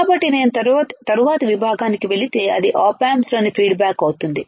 కాబట్టి నేను తరువాతి విభాగానికి వెళితే అది ఆప్ ఆంప్స్లో ఫీడ్బ్యాక్ అవుతుంది